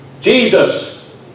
Jesus